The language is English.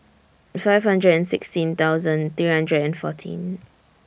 five hundred and sixteen thousand three hundred and fourteen